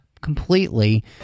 completely